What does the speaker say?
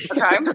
Okay